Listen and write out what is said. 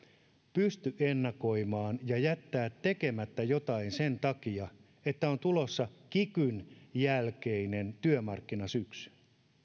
pysty ennakoimaan ja jättämään tekemättä jotain sen takia että on tulossa kikyn jälkeinen työmarkkinasyksy